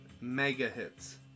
mega-hits